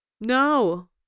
no